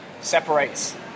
separates